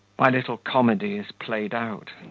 my little comedy is played out.